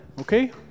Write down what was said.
Okay